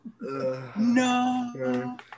No